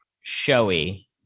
showy